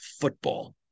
football